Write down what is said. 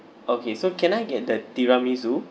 okay so can I get the tiramisu